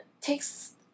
takes